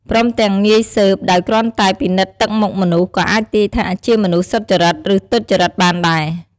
ព្រមទាំងងាយស៊ើបដោយគ្រាន់តែ ពិនិត្យទឹកមុខមនុស្ស ក៏អាចទាយថា ជាមនុស្សសុចរិត ឬទុច្ចរិតបានដែរ។